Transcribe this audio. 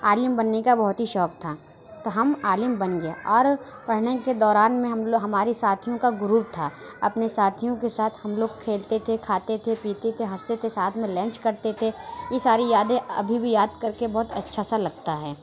عالِم بننے کا بہت ہی شوق تھا تو ہم عالِم بن گیا اور پڑھنے کے دوران میں ہم ہمارے ساتھیوں کا گروپ تھا اپنے ساتھیوں کے ساتھ ہم لوگ کھیلتے تھے کھاتے تھے پیتے تھے ہنستے تھے ساتھ میں لنچ کرتے تھے یہ ساری یادیں ابھی بھی یاد کر کے بہت ہی اچھا سا لگتا ہے